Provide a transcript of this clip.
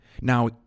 Now